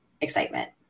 excitement